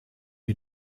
die